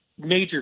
major